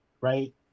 Right